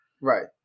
right